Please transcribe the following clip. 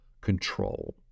control